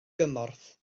gymorth